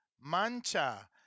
Mancha